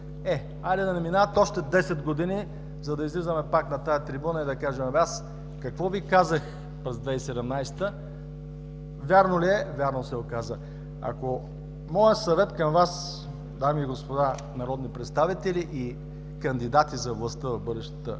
Е, хайде да не минават още 10 години, за да излизаме пак на тази трибуна и да кажем: „Абе, аз какво Ви казах през 2017 г.? Вярно ли е? Вярно се оказа.“ Моят съвет към Вас, дами и господа народни представители и кандидати за властта в бъдещата